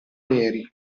neri